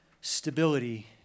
stability